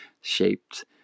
shaped